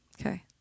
Okay